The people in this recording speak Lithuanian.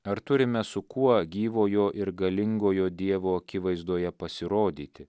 ar turime su kuo gyvojo ir galingojo dievo akivaizdoje pasirodyti